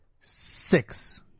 six